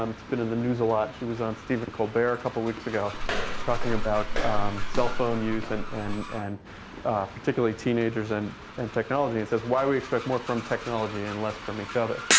um it's been in the news a lot. she was on stephen colbert a couple weeks ago talking about cellphone use, and and and particularly teenagers and and technology. it says, why do we expect more from technology and less from each other?